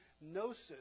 gnosis